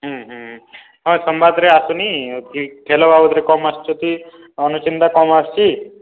ହଁ ସମ୍ବାଦ୍ରେ ଆସୁନି ଖେଲ ବାବଦ୍ରେ କମ୍ ଆସୁଛି ଅନୁଚିନ୍ତା କମ୍ ଆସୁଛି